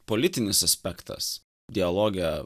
politinis aspektas dialoge